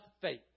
faith